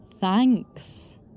Thanks